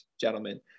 gentlemen